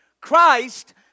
Christ